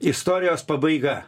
istorijos pabaiga